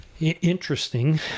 Interesting